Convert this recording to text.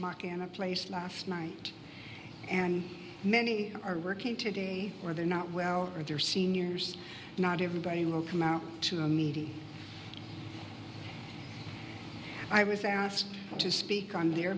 mark in a place last night and many are working today or they're not well or they're seniors not everybody will come out to a meeting i was asked to speak on their